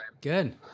Good